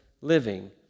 living